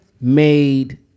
made